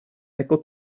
ecco